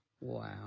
Wow